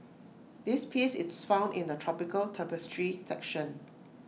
this piece is found in the tropical tapestry section